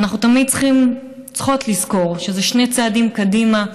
ואנחנו תמיד צריכות לזכור שזה שני צעדים קדימה,